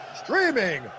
streaming